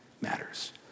matters